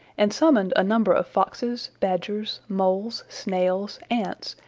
and summoned a number of foxes, badgers, moles, snails, ants,